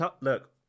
look